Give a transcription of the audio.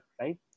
Right